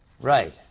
Right